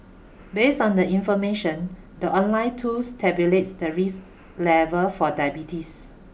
based on the information the online tools tabulates the risk level for diabetes